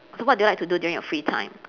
so what do you like to do during your free time